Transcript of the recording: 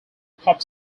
pop